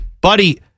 Buddy